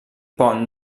pont